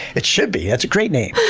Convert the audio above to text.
it should be. that's a great name.